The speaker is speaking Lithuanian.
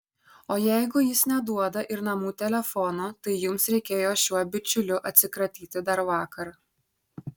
o jeigu jis neduoda ir namų telefono tai jums reikėjo šiuo bičiuliu atsikratyti dar vakar